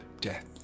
death